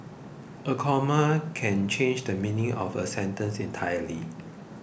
a comma can change the meaning of a sentence entirely